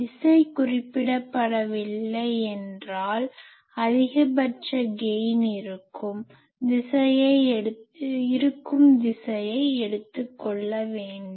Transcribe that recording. திசை குறிப்பிடப்படவில்லை என்றால் அதிகபட்ச கெய்ன் இருக்கும் திசையை எடுத்து கொள்ள வேண்டும்